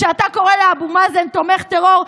כשאתה קורא לאבו מאזן תומך טרור,